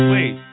Wait